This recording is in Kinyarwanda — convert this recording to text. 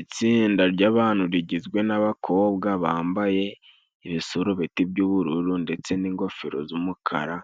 Itsinda ry'abantu rigizwe n'abakobwa bambaye ibisarubeti by'ubururu ndetse n'ingofero z'umukara